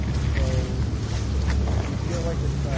so we feel like it's